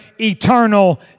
eternal